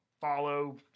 follow